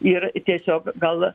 ir tiesiog gal